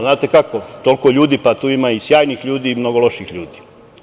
Znate kako, toliko ljudi, pa tu ima i sjajnih ljudi i mnogo loših ljudi.